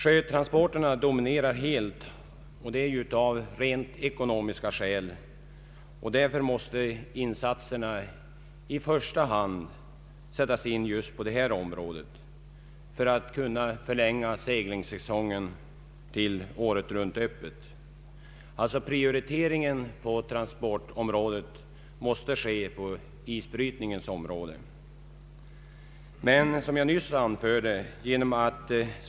Sjötransporterna dominerar helt av rent ekonomiska skäl, och därför måste insatserna i första hand göras just på detta område för att förlänga seglingssäsongen till året-runt-öppet. När det gäller transporterna måste alltså isbrytningen ges prioritet.